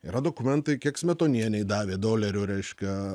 yra dokumentai kiek smetonienei davė dolerių reiškia